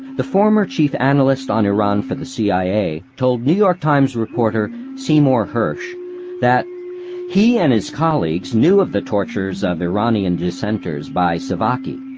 the former chief analyst on iran for the cia told new york times reporter seymour hersh that he and his colleagues knew of the tortures of iranian dissenters by savaki,